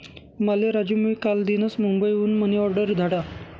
माले राजू नी कालदीनच मुंबई हुन मनी ऑर्डर धाडा